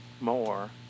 more